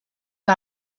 que